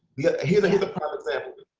yeah here's here's a prime example.